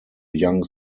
young